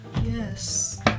Yes